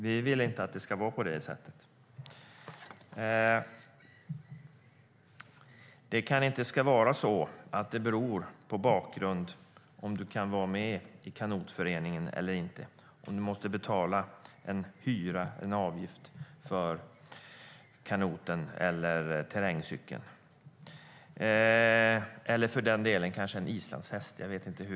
Vi vill inte att det ska vara på det sättet. Om du kan vara med i kanotföreningen eller inte ska inte bero på om du måste betala hyra eller avgift för kanoten. Avgift för terrängcykel eller för den delen kanske en islandshäst ska inte heller vara avgörande.